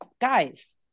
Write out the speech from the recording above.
Guys